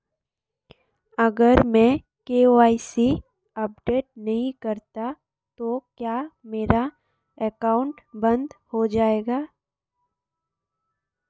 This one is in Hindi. अगर मैं के.वाई.सी अपडेट नहीं करता तो क्या मेरा अकाउंट बंद हो जाएगा?